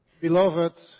Beloved